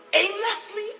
aimlessly